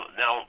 now